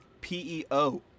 P-E-O